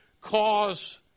cause